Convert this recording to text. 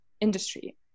industry